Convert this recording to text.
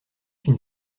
une